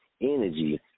energy